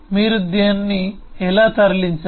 మీరు దాన్ని ఎలా తరలించారు